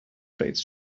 trades